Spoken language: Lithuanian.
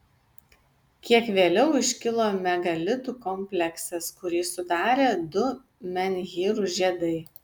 kiek vėliau iškilo megalitų kompleksas kurį sudarė du menhyrų žiedai